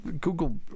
Google